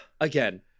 again